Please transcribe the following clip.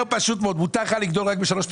זה אומר פשוט מאוד מותר לך לגדול רק ב-3.4%.